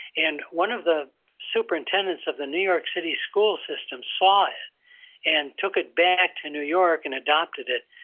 and one of the superintendents of the new york city school system saw it and took it back to new york and adopted it,